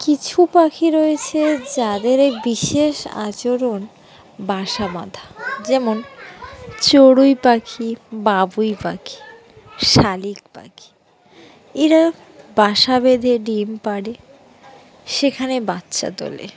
কিছু পাখি রয়েছে যাদের এই বিশেষ আচরণ বাসা বাঁধা যেমন চড়ুই পাখি বাবুই পাখি শালিক পাখি এরা বাসা বেঁধে ডিম পাড়ে সেখানে বাচ্চা তোলে